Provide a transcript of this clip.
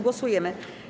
Głosujemy.